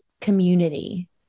community